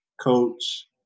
Coach